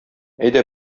әйдә